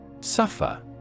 Suffer